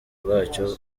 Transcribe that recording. bwacyo